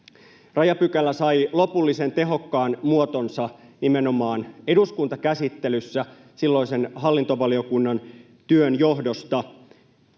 Rajapykälä sai lopullisen, tehokkaan muotonsa nimenomaan eduskuntakäsittelyssä silloisen hallintovaliokunnan työn johdosta.